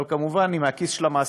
אבל כמובן היא מהכיס של המעסיק,